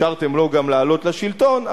אפשרתם לו גם לעלות לשלטון,